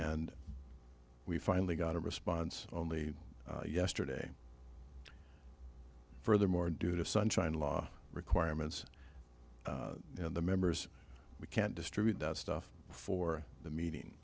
and we finally got a response only yesterday furthermore due to sunshine law requirements in the members we can't distribute that stuff for the meeting